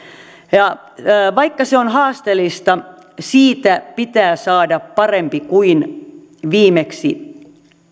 ja vaikka se on haasteellista siitä pitää saada parempi kuin viimeksi